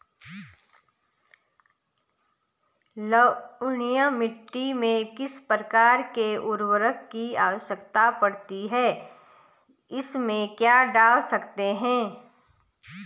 लवणीय मिट्टी में किस प्रकार के उर्वरक की आवश्यकता पड़ती है इसमें क्या डाल सकते हैं?